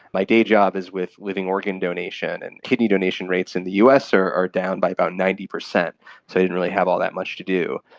my day job is with living organ donation, and kidney donation rates in the us are are down by about ninety percent, so i didn't really have all that much to do.